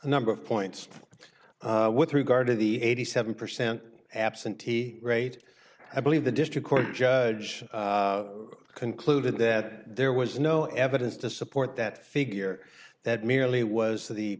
number of points with regard to the eighty seven percent absentee rate i believe the district court judge concluded that there was no evidence to support that figure that merely was the